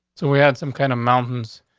so we had some kind of mountains.